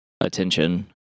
attention